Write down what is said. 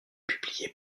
publié